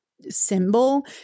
symbol